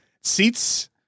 Seats